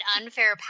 unfair